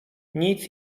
nic